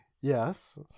Yes